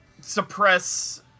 suppress